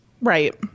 Right